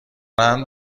دارند